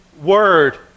word